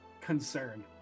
concern